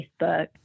Facebook